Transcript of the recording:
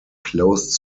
closed